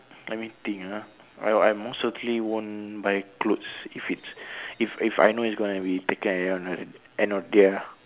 let me think ah I I most certainly won't buy clothes if it's if if I know it's gonna be taken away at the end of at end of the day ah